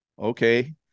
okay